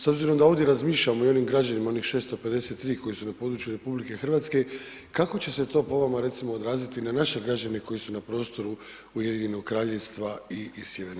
S obzirom da ovdje razmišljamo i o onim građanima, onih 653 koji su na području RH, kako će se to, po vama, recimo, odraziti na naše građane koji su na prostoru UK i Sj.